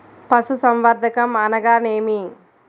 పశుసంవర్ధకం అనగానేమి?